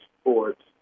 sports